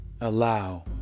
allow